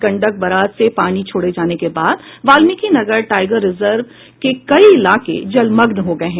Gandak barrage से पानी छोड़े जाने के बाद वाल्मिकी नगर टाइगर रिजर्व के कई इलाके जलमग्न हो गये हैं